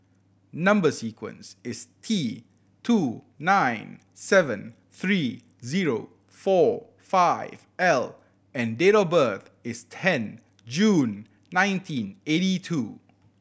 number sequence is T two nine seven three zero four five L and date of birth is ten June nineteen eighty two